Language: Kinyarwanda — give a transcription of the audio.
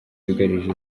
byugarije